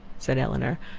said elinor.